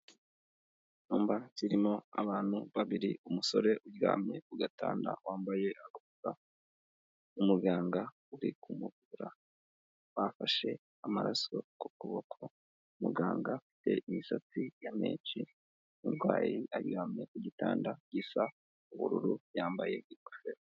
numba zirimo abantu babiri umusore uryamye u gatanda wambaye aku umuganga uri kumukura bafashe amaraso ku kuboko muganga ufite imisatsi ya menshi murwayi ayihamye ku gitanda gisa ubururu yambaye ingofero